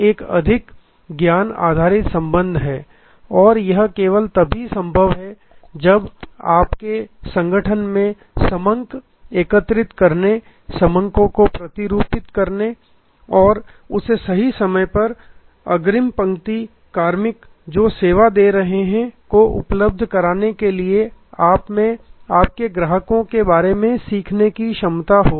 तो यह एक अधिक ज्ञान आधारित संबंध है और यह केवल तभी संभव है जब आपके संगठन में समंक इकट्ठा करने समंको को प्रारूपित करने और उसे सही समय पर अग्रिम पंक्ति कार्मिक जो सेवा दे रहे हैं को उपलब्ध कराने के लिए आपमें आपके ग्राहक के बारे में सीखने की क्षमता हो